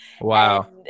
Wow